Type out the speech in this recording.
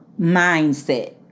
mindset